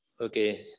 Okay